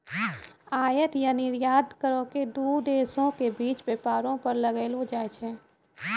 आयात या निर्यात करो के दू देशो के बीच व्यापारो पर लगैलो जाय छै